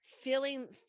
feeling